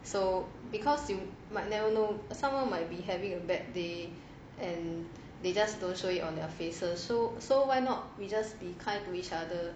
so because you never know someone might be having a bad day and they just don't show it on their faces so so why not we just be kind to each other